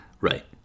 Right